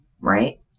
Right